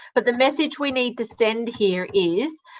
but the message we need to send here is,